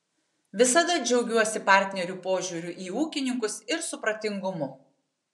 visada džiaugiuosi partnerių požiūriu į ūkininkus ir supratingumu